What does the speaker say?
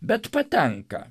bet patenka